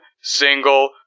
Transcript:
single